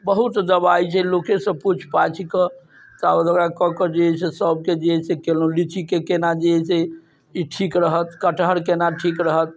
बहुत दबाइ जे लोकेसँ पुछि पाछिकऽ आरो दबाइ कऽके जे है से सबके जे है से केलहुँ लीचीके केना जे है से ई ठीक रहत कटहर केना ठीक रहत